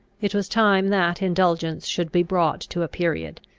it was time that indulgence should be brought to a period.